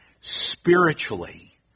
spiritually